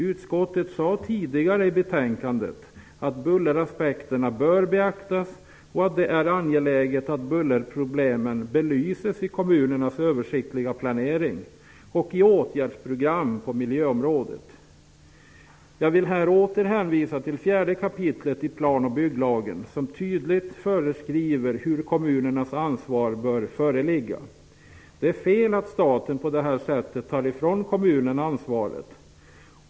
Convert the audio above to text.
Utskottet sade tidigare i betänkandet att bulleraspekterna bör beaktas och att det är angeläget att bullerproblemen belyses i kommunernas översiktliga planering och i åtgärdsprogram på miljöområdet. Jag vill här åter hänvisa till 4. kap. i plan och bygglagen, där det tydligt föreskrivs hur kommunernas ansvar bör föreligga. Det är fel att staten på detta sätt tar ifrån kommunerna ansvaret.